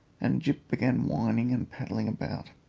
and gyp began whining and paddling about,